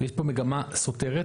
ויש פה מגמה סותרת,